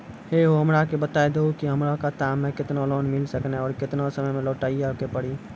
है हो हमरा के बता दहु की हमार खाता हम्मे केतना लोन मिल सकने और केतना समय मैं लौटाए के पड़ी?